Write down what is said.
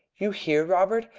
you here, robert?